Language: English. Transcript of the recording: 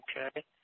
Okay